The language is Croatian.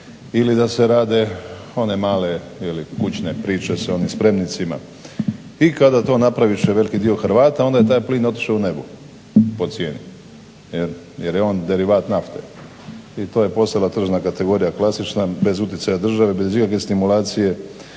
ili da se rade one male kućne priče sa onim spremnicima. I kad to napraviše veliki dio Hrvata onda je taj plin otišao u nebo po cijeni jer je on derivat nafte i to je postala tržna kategorija klasična bez utjecaja države, bez ikakve stimulacije